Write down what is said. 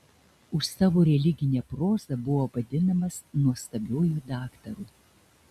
už savo religinę prozą buvo vadinamas nuostabiuoju daktaru